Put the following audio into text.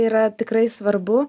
yra tikrai svarbu